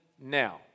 now